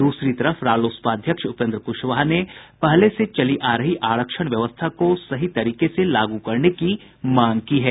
द्सरी तरफ रालोसपा अध्यक्ष उपेन्द्र कुशवाहा ने पहले से चली आ रही आरक्षण व्यवस्था को सही तरीके से लागू करने की मांग की है